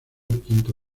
quinto